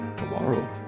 Tomorrow